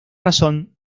razón